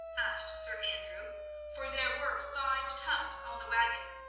asked sir andrew for there were five tubs on the wagon,